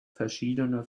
verschiedene